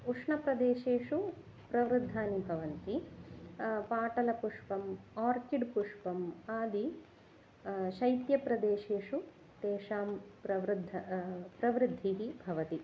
उष्णप्रदेशेषु प्रवृद्धानि भवन्ति पाटलपुष्पम् आर्किड्पुष्पम् आदि शैत्यप्रदेशेषु तेषां प्रवृद्धिः प्रवृद्धिः भवति